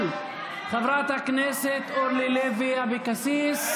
של חברת הכנסת אורלי לוי אבקסיס.